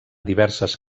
diverses